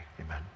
amen